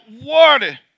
water